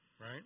right